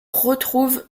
retrouve